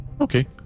Okay